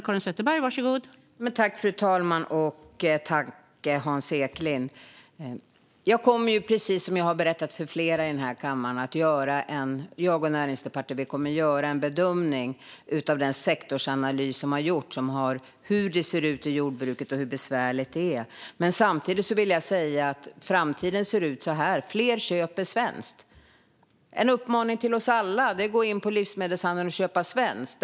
Fru talman! Jag och Näringsdepartementet kommer, precis som jag har berättat för flera i den här kammaren, att göra en bedömning av den sektorsanalys som har gjorts när det gäller hur det ser ut i jordbruket och hur besvärligt det är. Men samtidigt vill jag säga att framtiden ser ut så här: Fler köper svenskt. En uppmaning till oss alla är att gå in i livsmedelsbutiken och köpa svenskt.